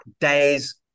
days